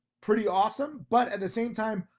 pretty awesome. but at the same time,